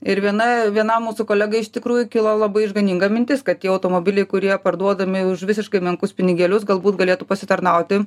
ir viena vienam mūsų kolegai iš tikrųjų kilo labai išganinga mintis kad tie automobiliai kurie parduodami už visiškai menkus pinigėlius galbūt galėtų pasitarnauti